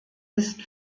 ist